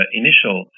initial